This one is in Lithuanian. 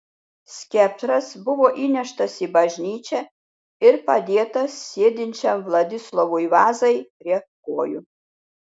skeptras buvo įneštas į bažnyčią ir padėtas sėdinčiam vladislovui vazai prie kojų